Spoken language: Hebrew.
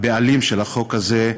הבעלים של החוק הזה,